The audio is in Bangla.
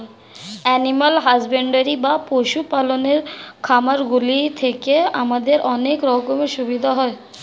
এনিম্যাল হাসব্যান্ডরি বা পশু পালনের খামারগুলি থেকে আমাদের অনেক রকমের সুবিধা হয়